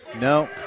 No